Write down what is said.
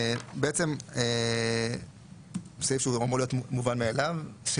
הוא סעיף שאמור להיות מובן מאליו,